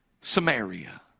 Samaria